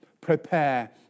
Prepare